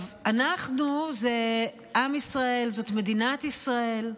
"אנחנו" זה עם ישראל, זאת מדינת ישראל,